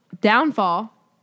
downfall